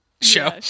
show